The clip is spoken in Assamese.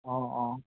অঁ অঁ